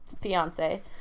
fiance